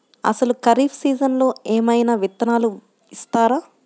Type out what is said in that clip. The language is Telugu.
అసలు ఖరీఫ్ సీజన్లో ఏమయినా విత్తనాలు ఇస్తారా?